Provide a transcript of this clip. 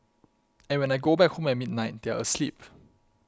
and when I go back home at midnight they are asleep